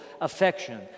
affection